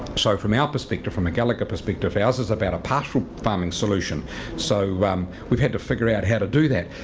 so, from our ah perspective, from a gallagher perspective ours is about a pastoral farming solution so um we've had to figure out how to do that.